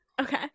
okay